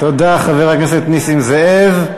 תודה, חבר הכנסת נסים זאב.